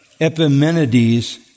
Epimenides